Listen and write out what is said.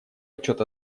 отчет